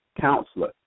Counselor